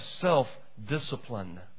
self-discipline